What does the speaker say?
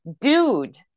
dude